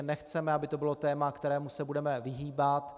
Nechceme, aby to bylo téma, kterému se budeme vyhýbat.